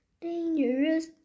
dangerous